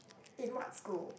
in what school